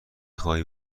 خواهی